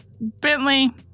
Bentley